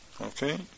Okay